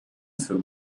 für